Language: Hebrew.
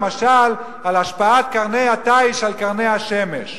למשל על השפעת קרני התיש על קרני השמש.